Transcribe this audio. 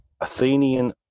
Athenian